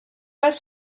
pas